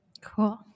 Cool